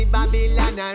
Babylon